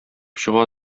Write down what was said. чыга